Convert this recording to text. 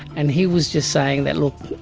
and he was just saying that, look,